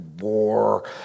war